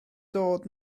dod